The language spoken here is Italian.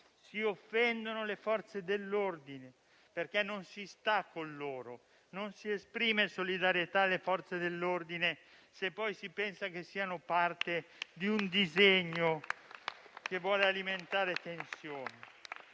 Si offendono le Forze dell'ordine, perché non si sta con loro. Non si esprime solidarietà alle Forze dell'ordine se poi si pensa che siano parte di un disegno che vuole alimentare tensioni.